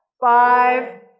five